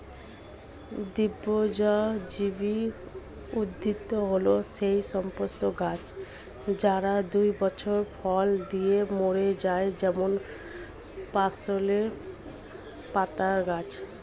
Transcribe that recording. দ্বিবর্ষজীবী উদ্ভিদ হল সেই সমস্ত গাছ যারা দুই বছর ফল দিয়ে মরে যায় যেমন পার্সলে পাতার গাছ